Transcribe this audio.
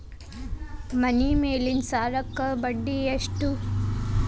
ಮನಿ ಮೇಲಿನ ಸಾಲಕ್ಕ ಬಡ್ಡಿ ಎಷ್ಟ್ರಿ?